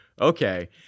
okay